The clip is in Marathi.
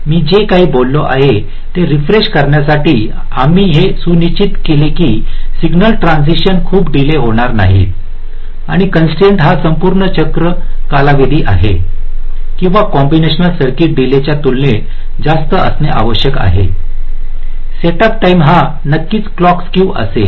मी जे काही बोललो आहे ते रीफ्रेश करण्यासाठी आम्ही हे सुनिश्चित केले की सिग्नल ट्रांसीशन्स खूप डीले होणार नाहीत आणि कॉन्स्ट्राइन्टस हा संपूर्ण चक्र कालावधी आहे किंवा कॉम्बिनेशन सर्किट डीलेच्या तुलनेत जास्त असणे आवश्यक आहे सेटअप टाईम हा नक्कीच क्लॉक स्क्यू असेल